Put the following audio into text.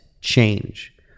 change